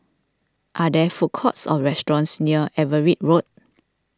are there food courts or restaurants near Everitt Road